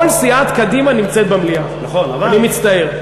כל סיעת קדימה נמצאת במליאה, אני מצטער.